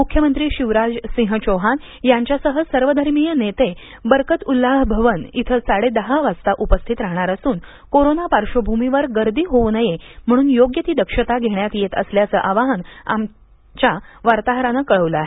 मुख्यमंत्री शिवराज सिंह चौहान यांच्यासह सर्वधर्मीय नेते बरकतउल्लाह भवन इथं साडेदहा वाजता उपस्थित राहणार असून कोरोना पार्श्वभूमीवर गर्दी होऊ नये म्हणून योग्य ती दक्षता घेण्यात येत असल्याचं आमच्या वार्ताहरानं कळवलं आहे